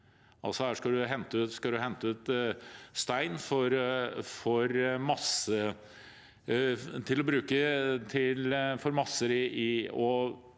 Her skal man hente ut stein til å bruke til masser og